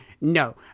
No